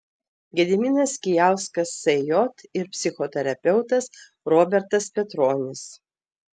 gediminas kijauskas sj ir psichoterapeutas robertas petronis